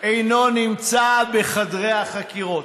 אינו נמצא בחדרי החקירות.